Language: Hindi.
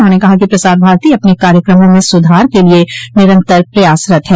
उन्होंने कहा कि प्रसार भारती अपने कार्यक्रमों में सुधार के लिए निरंतर प्रयासरत है